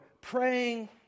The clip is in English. praying